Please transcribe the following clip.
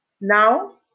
Now